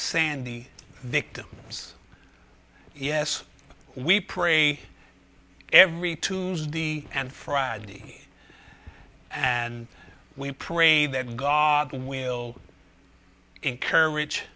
sandy victims yes we pray every tuesday and friday and we pray that god will encourage